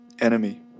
enemy